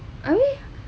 I mean